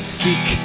seek